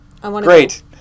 Great